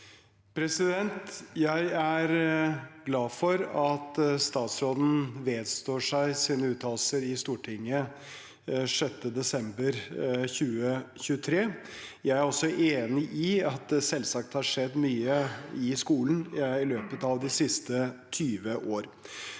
Jeg er glad for at statsråden vedstår seg sine uttalelser i Stortinget 6. desember 2023. Jeg er også enig i at det selvsagt har skjedd mye i skolen i løpet av de siste 20 år.